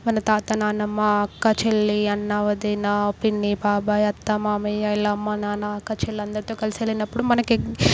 మన తాత నానమ్మ అక్క చెల్లి అన్నా వదిన పిన్ని బాబాయ్ అత్త మామయ్య ఇలా అమ్మ నాన్న అక్క చెల్లి అందరితో కలిసి వెళ్ళినప్పుడు మనకి